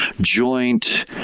joint